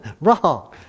wrong